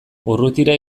urrutira